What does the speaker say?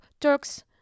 Turks